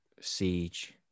siege